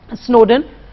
Snowden